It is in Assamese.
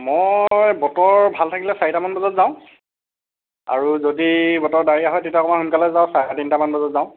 মই বতৰ ভাল থাকিলে চাৰিটা মানত যাওঁ আৰু যদি বতৰ ডাৱৰীয়া হয় তেতিয়া অকণ সোনকালে যাওঁ চাৰে তিনটা মানত যাওঁ